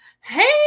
Hey